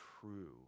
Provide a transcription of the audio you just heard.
true